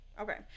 Okay